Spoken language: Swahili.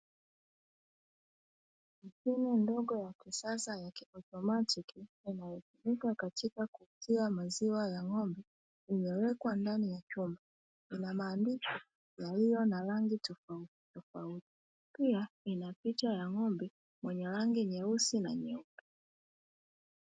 Mashine ndogo ya kisasa ya kiautomatiki inayotumika katika kuuzia maziwa ya ng'ombe imewekwa ndani ya chumba ina maandishi yaliyo na rangi tofautitofauti, pia ina picha ya ng'ombe mwenye rangi nyeusi na nyeupe.